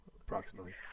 approximately